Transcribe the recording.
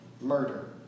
murder